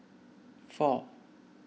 four